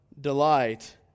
delight